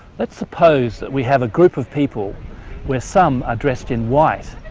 let's suppose that we have a group of people where some are dressed in white,